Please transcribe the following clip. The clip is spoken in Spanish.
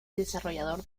desarrollador